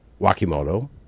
Wakimoto